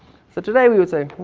so today we would say,